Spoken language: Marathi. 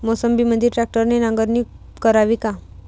मोसंबीमंदी ट्रॅक्टरने नांगरणी करावी का?